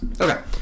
Okay